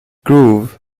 groove